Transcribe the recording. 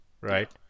right